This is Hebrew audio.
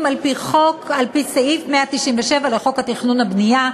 על-פי סעיף 197 לחוק התכנון והבנייה,